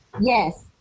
yes